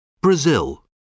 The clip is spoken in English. Brazil